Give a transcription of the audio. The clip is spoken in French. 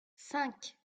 cinq